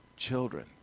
children